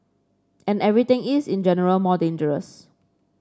and everything is in general more dangerous